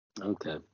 Okay